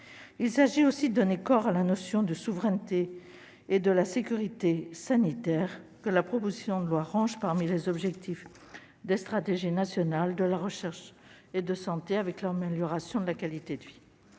Il s'agit aussi de donner corps à la notion de souveraineté et de sécurité sanitaire, que la proposition de loi range parmi les objectifs des stratégies nationales de recherche et de santé, avec l'amélioration de la qualité de vie.